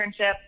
Internship